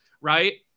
right